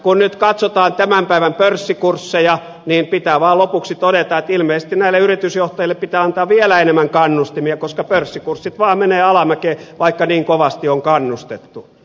kun nyt katsotaan tämän päivän pörssikursseja niin pitää vaan lopuksi todeta että ilmeisesti näille yritysjohtajille pitää antaa vielä enemmän kannustimia koska pörssikurssit vaan menevät alamäkeen vaikka niin kovasti on kannustettu